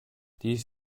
dies